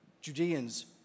Judeans